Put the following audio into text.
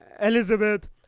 Elizabeth